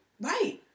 Right